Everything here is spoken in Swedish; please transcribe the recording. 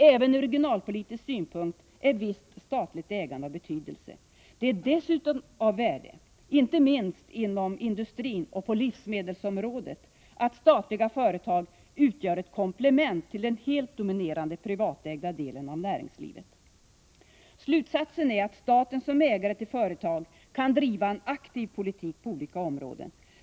Även ur regionalpolitisk synpunkt är visst statligt ägande av betydelse. Det är dessutom av värde, inte minst inom industrin och på livsmedelsområdet, att statliga företag utgör ett komplement till den helt dominerande privatägda delen av näringslivet. Slutsatsen är att staten som ägare till företag kan driva en aktiv politik på olika områden.